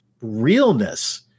realness